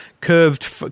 curved